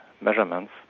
measurements